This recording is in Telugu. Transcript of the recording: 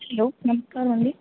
హలో నమస్కారమండి